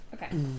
Okay